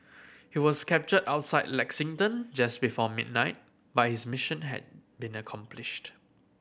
he was captured outside Lexington just before midnight but his mission had been accomplished